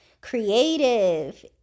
creative